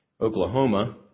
Oklahoma